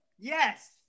yes